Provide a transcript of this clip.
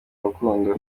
rukundo